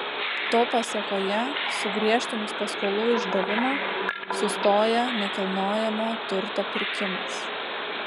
to pasėkoje sugriežtinus paskolų išdavimą sustoja nekilnojamo turto pirkimas